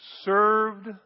served